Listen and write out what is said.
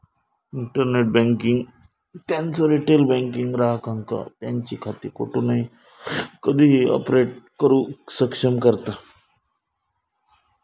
internet banking त्यांचो retail banking ग्राहकांका त्यांची खाती कोठूनही कधीही ऑपरेट करुक सक्षम करता